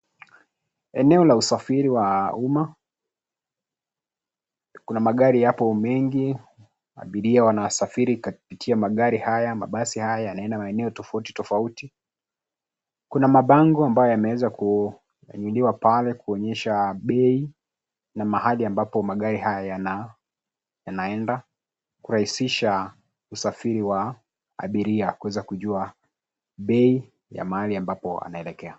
Eneo la usafiri wa umma. Kuna magari hapo mengi. Abiria wanasafiri kupitia magari haya, mabasi haya yanaenda katika mahali tofauti, tofauti. Kuna mabango ambayo yameweza kunyanyuliwa pale kuonyesha bei na mahali ambapo magari haya yanaenda; kurahisisha usafiri wa abiria kuweza kujua bei ya mahali ambapo anaelekea.